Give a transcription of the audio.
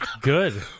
Good